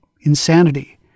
Insanity